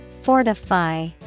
Fortify